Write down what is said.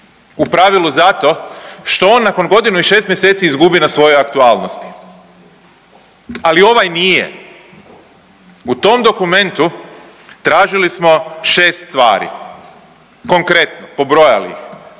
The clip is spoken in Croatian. u pravilu zato što on nakon godinu i 6. mjeseci izgubi na svojoj aktualnosti, ali ovaj nije. U tom dokumentu tražili smo 6 stvari, konkretno, pobrojali ih.